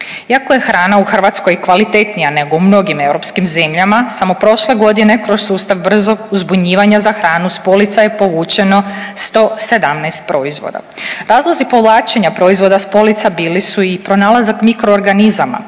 Iako je hrana u Hrvatskoj kvalitetnija nego u mnogim europskim zemljama samo prošle godine kroz sustav brzog uzbunjivanja za hranu s polica je povučeno 117 proizvoda. Razlozi povlačenja proizvoda s polica bili su i pronalazak mikroorganizama,